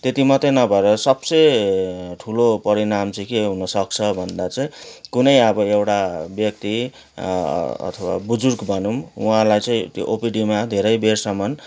त्यति मात्र नभएर सबसे ठुलो परिणाम चाहिँ के हुन सक्छ भन्दा चाहिँ कुनै अब एउटा व्याक्ति अथवा बुजुर्ग भनौँ उहाँलाई चाहिँ त्यो ओपिडीमा धेरै बेरसम्म